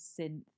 synth